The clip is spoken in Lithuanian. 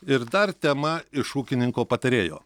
ir dar tema iš ūkininko patarėjo